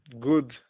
good